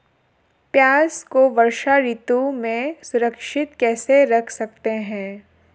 प्याज़ को वर्षा ऋतु में सुरक्षित कैसे रख सकते हैं?